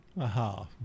Aha